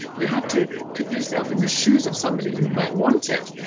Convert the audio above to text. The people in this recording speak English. you have to put yourself in the shoes of somebody who might want it,